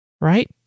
right